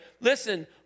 Listen